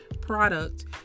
product